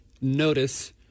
notice